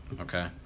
Okay